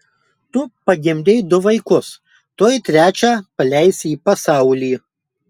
tu pagimdei du vaikus tuoj trečią paleisi į pasaulį